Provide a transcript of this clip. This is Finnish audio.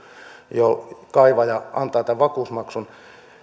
kaivaja antaa tämän vakuusmaksun